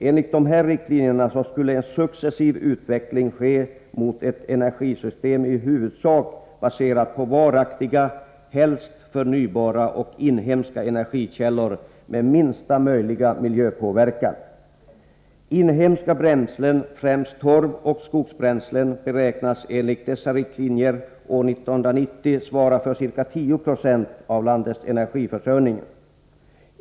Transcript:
Enligt dessa riktlinjer skulle en successiv utveckling ske mot ett energisystem i huvudsak baserat på varaktiga, helst förnybara och inhemska energikällor med minsta möjliga miljöpåverkan. Inhemska bränslen, främst torv och skogsbränslen, beräknas enligt dessa riktlinjer år 1990 svara för ca 10 26 av landets energiförsörjning.